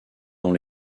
dans